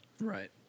Right